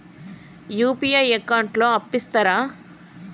UPI account లో అప్పు ఇస్తరా?